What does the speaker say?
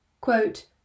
Quote